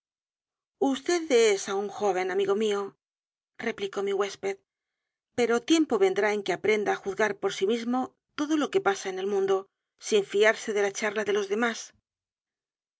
es aún joven amigo mío replicó mi huésped pero tiempo vendrá en que aprenda á juzgar por sí mismo todo lo que pasa en el mundo sin fiarse de la charla de los demás